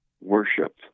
worship